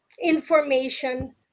information